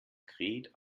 kräht